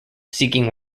seeking